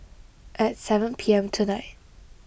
at seven P M tonight